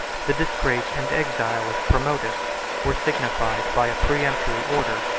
the disgrace and exile of promotus were signified by a peremptory order,